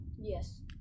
Yes